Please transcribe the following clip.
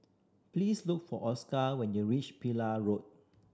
please look for Oscar when you reach Pillai Road